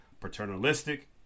paternalistic